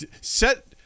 Set